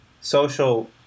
social